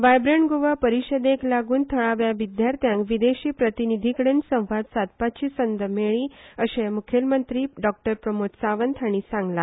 व्हायब्रेन्ट गोवा परिशदेंक लागून थळाव्या विद्यार्थ्यांक विदेशी प्रतिनिधीकडेन संवाद सादपाची संद मेळ्ळी अशे मुखेलमंत्री प्रमोद सावंत हाणी सागंला